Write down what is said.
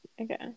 Okay